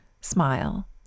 smile